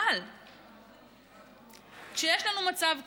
אבל כשיש לנו מצב כזה,